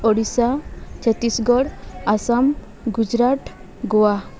Odisha Chhattisgarh Assam Gujarat Goa